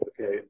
Okay